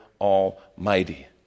Almighty